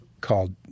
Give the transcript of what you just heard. called